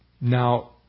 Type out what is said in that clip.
Now